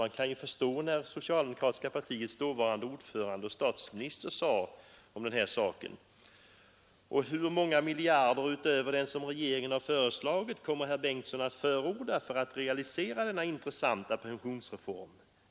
Man kan också förstå det när den dåvarande statsministern och det socialdemokratiska partiets ordförande sade i denna debatt: ”Och hur många miljarder, utöver dem som regeringen har föreslagit, kommer herr Bengtson att förorda för att realisera denna intressanta pensionsreform?